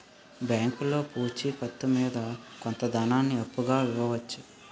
బ్యాంకులో పూచి కత్తు మీద కొంత ధనాన్ని అప్పుగా ఇవ్వవచ్చు